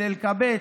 של אלקבץ.